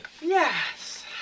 Yes